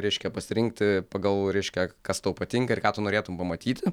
reiškia pasirinkti pagal reiškia kas tau patinka ir ką tu norėtum pamatyti